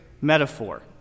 metaphor